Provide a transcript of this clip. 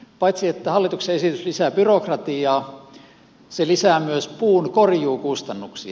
paitsi että hallituksen esitys lisää byrokratiaa se lisää myös puun korjuukustannuksia